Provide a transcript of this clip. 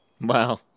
Wow